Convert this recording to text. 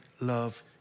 love